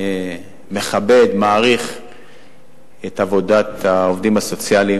מכבד, מעריך את עבודת העובדים הסוציאליים.